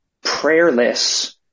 prayerless